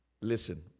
Listen